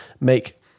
make